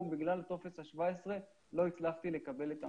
שבגלל טופס 17 לא הצליחו לקבל את המענה.